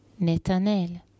Netanel